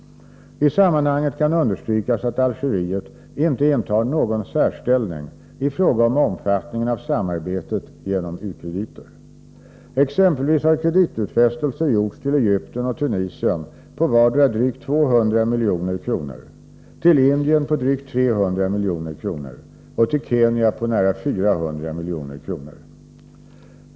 I sammanhanget kan understrykas att Algeriet inte intar någon särställning i fråga om omfattningen av samarbetet genom u-krediter. Exempelvis har kreditutfästelser gjorts till Egypten och Tunisien på vardera drygt 200 milj.kr., till Indien på drygt 300 milj.kr. och till Kenya på nära 400 milj.kr.